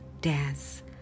dance